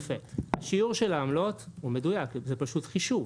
יפה, השיעור של העמלות הוא מדויק, זה פשוט חישוב,